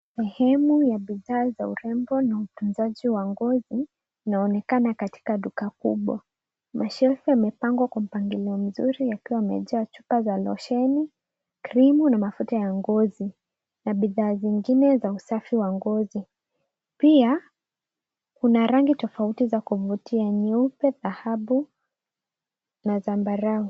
Sehemu ya bidhaa za urembo na utunzaji wa ngozi inaonekana katika duka kubwa. Mashelfu yamepangwa kwa mpangilio mzuri yakiwa yamejaa chupa za losheni, krimu na mafuta ya ngozi na bidhaa zingine za usafi wa ngozi. Pia kuna rangi tofauti za kuvutia, nyeupe, dhahabu na zambarau.